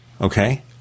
okay